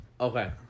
Okay